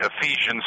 Ephesians